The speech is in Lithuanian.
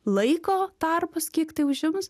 laiko tarpas kiek tai užims